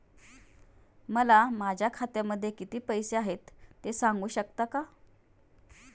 मला माझ्या खात्यामध्ये किती पैसे आहेत ते सांगू शकता का?